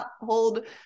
hold